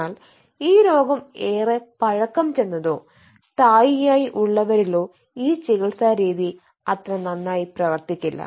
എന്നാൽ ഈ രോഗം ഏറെ പഴക്കം ചെന്നതോ സ്ഥായിയായി ഉള്ളവരിലോ ഈ ചിക്ലിത്സാ രീതി അത്ര നന്നായി പ്രവർത്തിക്കില്ല